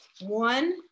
one